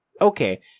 Okay